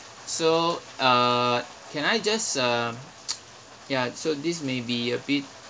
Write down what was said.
so uh can I just uh ya so this may be a bit